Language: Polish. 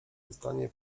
dostanie